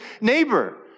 neighbor